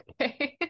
Okay